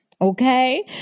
Okay